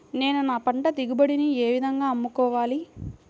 నేను నా పంట దిగుబడిని ఏ విధంగా అమ్ముకోవాలి?